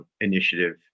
initiative